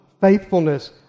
faithfulness